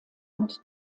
und